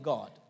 God